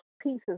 pieces